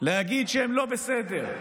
להגיד שהם לא בסדר,